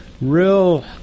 real